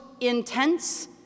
intense